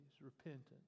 repentance